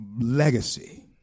legacy